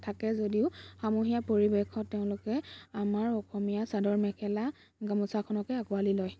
থাকে যদিও সমূহীয়া পৰিৱেশত তেওঁলোকে আমাৰ অসমীয়া চাদৰ মেখেলা গামোচাখনকে আঁকোৱালি লয়